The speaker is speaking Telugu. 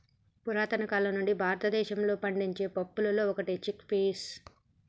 పురతన కాలం నుండి భారతదేశంలో పండించే పప్పులలో ఒకటి చిక్ పీస్